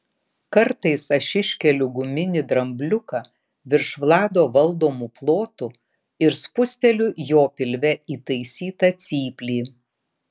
kartais aš iškeliu guminį drambliuką virš vlado valdomų plotų ir spusteliu jo pilve įtaisytą cyplį